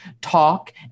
talk